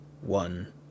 one